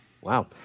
Wow